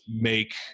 make